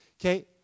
Okay